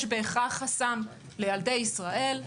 יש בהכרח חסם לילדי ישראל.